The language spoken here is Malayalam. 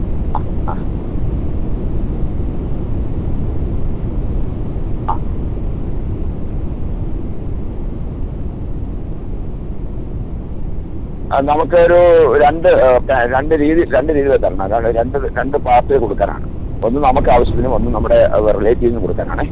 അ അ അ ആ നമുക്കൊരൂ രണ്ട് രണ്ട് രീതി രണ്ട് രീതിയിൽ തരണം കാരണം രണ്ട് രണ്ട് പാർട്ടിക്ക് കൊടുക്കാനാണ് ഒന്ന് നമുക്ക് ആവശ്യത്തിനും ഒന്ന് നമ്മുടെ റിലേറ്റീവിനും കൊടുക്കാനാണെ